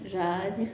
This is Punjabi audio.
ਰਾਜ